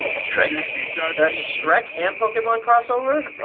shrek? that's shrek and pokemon crossover?